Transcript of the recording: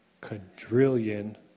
quadrillion